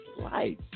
life